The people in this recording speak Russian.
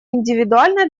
индивидуально